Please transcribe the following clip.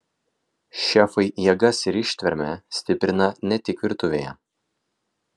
šefai jėgas ir ištvermę stiprina ne tik virtuvėje